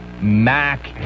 mac